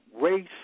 race